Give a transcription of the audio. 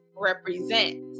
Represent